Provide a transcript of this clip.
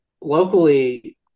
locally